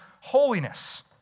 holiness